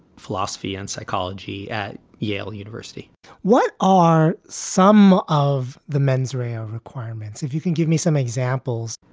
philosophy and psychology at yale university what are some of the mens rea of requirements, if you can give me some examples?